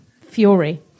fury